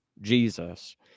jesus